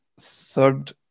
third